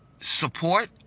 support